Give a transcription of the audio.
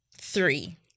three